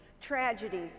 tragedy